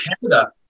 Canada